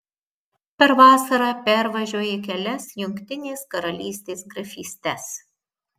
per vasarą pervažiuoji kelias jungtinės karalystės grafystes